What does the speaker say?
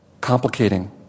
complicating